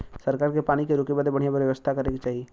सरकार के पानी के रोके बदे बढ़िया व्यवस्था करे के चाही